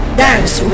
dance